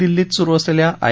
दिल्ली इथं सुरु असलेल्या आय